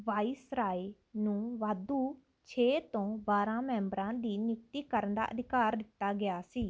viceroy ਨੂੰ ਵਾਧੂ ਛੇ ਤੋਂ ਬਾਰਾਂ ਮੈਂਬਰਾਂ ਦੀ ਨਿਯੁਕਤੀ ਕਰਨ ਦਾ ਅਧਿਕਾਰ ਦਿੱਤਾ ਗਿਆ ਸੀ